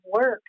work